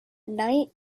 night